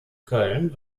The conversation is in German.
köln